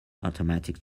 automatic